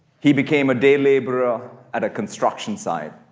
he became a day laborer at a construction site.